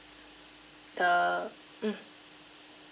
the mm